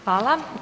Hvala.